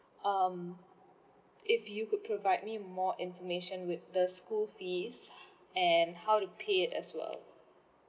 um if you could provide me more information with the school fees and how you pay it as well